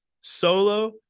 solo